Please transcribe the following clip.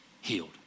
healed